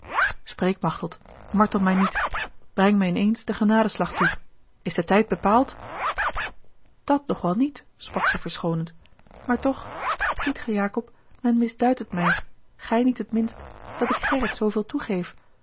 spreek machteld martel mij niet breng mij in eens den genadeslag toe is de tijd bepaald dat nog wel niet sprak zij verschoonend maar toch ziet gij jacob men misduidt het mij gij niet het minst dat ik gerrit zooveel toegeef